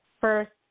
first